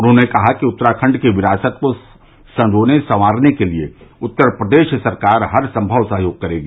उन्होंने कहा कि उत्तराखंड की विरासत को संजोने संवारने के लिये उत्तर प्रदेश सरकार हर संवव सहयोग करेगी